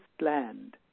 land